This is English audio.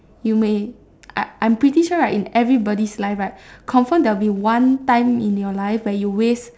you may I I'm pretty sure right in everybody's life right confirm there will be one time in your life where you waste